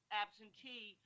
absentee